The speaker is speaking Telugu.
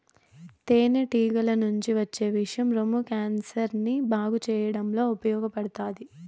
తేనె టీగల నుంచి వచ్చే విషం రొమ్ము క్యాన్సర్ ని బాగు చేయడంలో ఉపయోగపడతాది